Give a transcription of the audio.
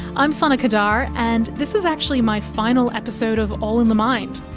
i'm sana qadar, and this is actually my final episode of all in the mind.